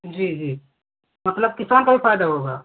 जी जी मतलब किसान को भी फ़ायदा होगा